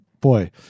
Boy